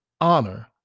honor